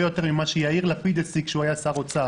יותר ממה שיאיר לפיד השיג כשהוא היה שר אוצר.